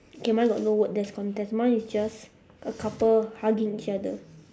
okay mine got no word there's contest mine is just a couple hugging each other